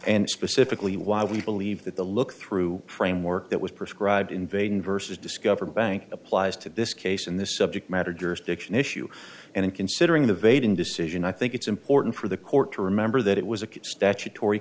and specifically why we believe that the look through framework that was prescribed in vain versus discover bank applies to this case in this subject matter jurisdiction issue and in considering the vaden decision i think it's important for the court to remember that it was a